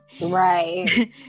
right